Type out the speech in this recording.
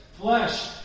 flesh